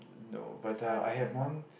no but uh I had one